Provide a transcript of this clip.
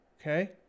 okay